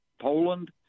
Poland